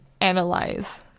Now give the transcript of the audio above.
analyze